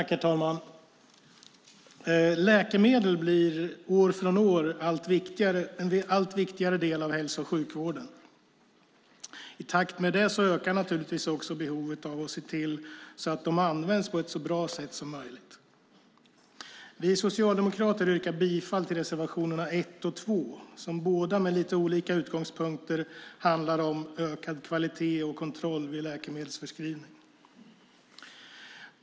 Herr talman! Läkemedel blir år från år en allt viktigare del av hälso och sjukvården. I takt med det ökar naturligtvis också behovet av att se till att läkemedlen används på ett så bra sätt som möjligt. För Socialdemokraterna yrkar jag bifall till reservationerna 1 och 2, som båda med lite olika utgångspunkter handlar om ökad kvalitet och kontroll vid läkemedelsförskrivning.